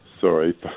Sorry